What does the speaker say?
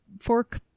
fork